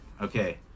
Okay